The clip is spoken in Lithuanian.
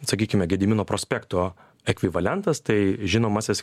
sakykime gedimino prospekto ekvivalentas tai žinomasis